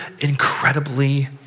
incredibly